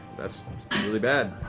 that's really bad.